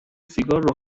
سیگار